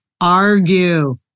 argue